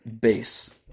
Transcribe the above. base